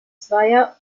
zweier